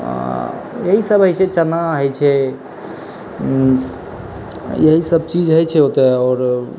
इएहसब होइ छै चना होइ छै इएहसब चीज होइ छै ओतऽ आओर